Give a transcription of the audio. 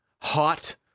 hot